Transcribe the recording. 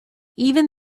even